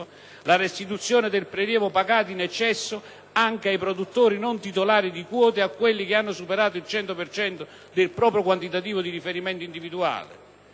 la restituzione del prelievo pagato in eccesso anche ai produttori non titolari di quota ed a quelli che hanno superato il 100 per cento del proprio quantitativo di riferimento individuale.